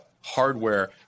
hardware